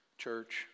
church